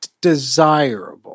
desirable